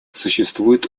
существует